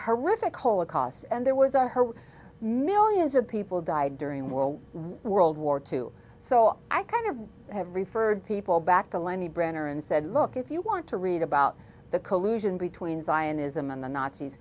horrific holocaust and there was a her millions of people died during world what world war two so i kind of have referred people back to lenny brenner and said look if you want to read about the collusion between zionism and the nazis